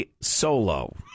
Solo